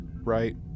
right